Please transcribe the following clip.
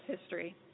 history